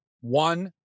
One